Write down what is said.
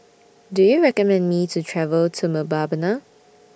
Do YOU recommend Me to travel to Mbabana